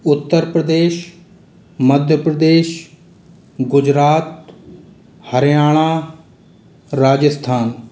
Uttar Pradesh Madhya Pradesh Gujarat Haryana Rajasthan